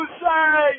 say